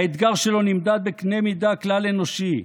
האתגר שלו נמדד בקנה מידה כלל-אנושי,